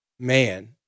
man